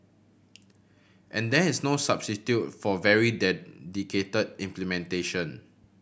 and there is no substitute for very dedicated implementation